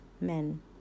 men